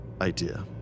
idea